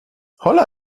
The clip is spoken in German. holla